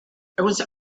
was